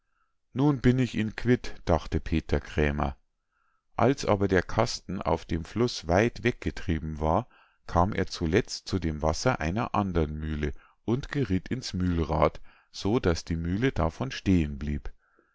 nun bin ich ihn quitt dachte peter krämer als aber der kasten auf dem fluß weit weggetrieben war kam er zuletzt zu dem wasser einer andern mühle und gerieth ins mühlrad so daß die mühle davon stehen blieb